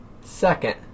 Second